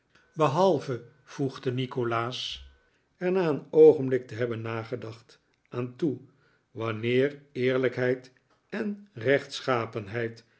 behalve voegde nikolaas er na een oogenblik te hebben nagedacht aan toe wanneer eerlijkheid en